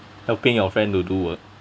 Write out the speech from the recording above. helping your friend to do work